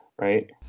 right